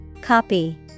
Copy